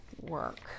work